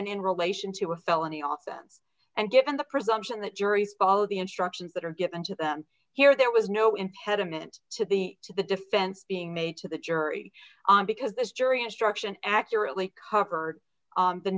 and in relation to a felony all sense and given the presumption that juries follow the instructions that are given to them here there was no impediment to the to the defense being made to the jury on because this jury instruction accurately cover